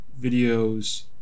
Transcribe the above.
videos